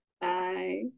Bye